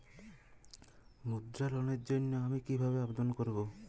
মুদ্রা লোনের জন্য আমি কিভাবে আবেদন করবো?